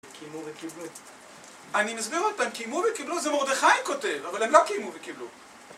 קיימו וקיבלו אני מסביר אותם, קיימו וקיבלו זה מרדכי כותב, אבל הם לא קיימו וקיבלו